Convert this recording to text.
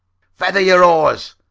feather your oars!